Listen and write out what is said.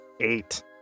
Eight